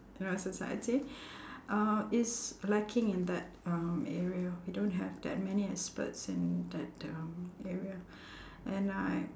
in our society uh is lacking in that um area we don't have that many experts in that um area and I